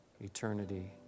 eternity